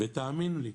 ותאמין לי,